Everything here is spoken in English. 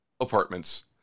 apartments